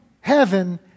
heaven